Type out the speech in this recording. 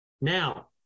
Now